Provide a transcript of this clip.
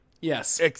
yes